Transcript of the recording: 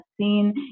seen